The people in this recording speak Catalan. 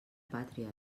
pàtria